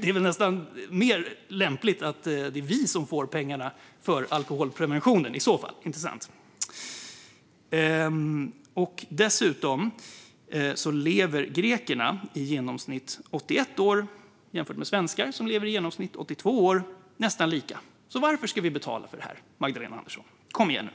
Det är väl mer lämpligt att det är vi som får pengarna för arbetet med alkoholprevention. Vidare lever grekerna i genomsnitt 81 år, jämfört med svenskar som lever i genomsnitt 82 år. Det är nästan lika. Så varför ska vi betala för detta? Magdalena Andersson - kom igen!